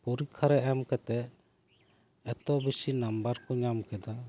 ᱯᱚᱨᱤᱠᱠᱷᱟᱨᱮ ᱮᱢ ᱠᱟᱛᱮ ᱮᱛᱚ ᱵᱤᱥᱤ ᱱᱟᱢᱵᱟᱨ ᱠᱚ ᱧᱟᱢ ᱠᱮᱫᱟ